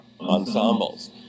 ensembles